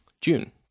June